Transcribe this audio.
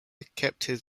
kept